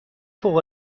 فوق